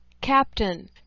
captain